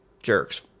Jerks